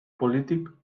polític